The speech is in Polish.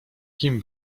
kim